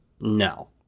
no